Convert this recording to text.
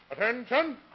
attention